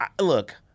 look